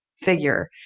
figure